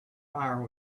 fire